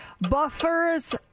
buffers